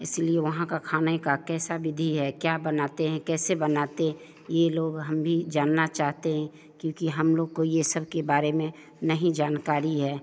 इसलिए वहाँ के खाने की कैसी विधि है क्या बनाते हैं कैसे बनाते हैं यह लोग हम भी जानना चाहते हैं क्योंकि हमलोग को यह सब के बारे में नहीं जानकारी है